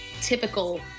typical